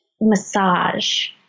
massage